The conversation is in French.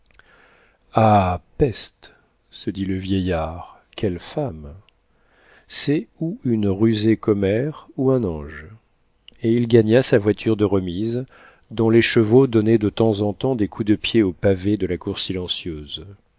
ah peste se dit le vieillard quelle femme c'est ou une rusée commère ou un ange et il gagna sa voiture de remise dont les chevaux donnaient de temps en temps des coups de pied au pavé de la cour silencieuse